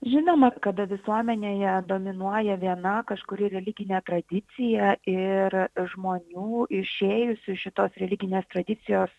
žinoma kada visuomenėje dominuoja viena kažkuri religinė tradicija ir žmonių išėjusių šitos religinės tradicijos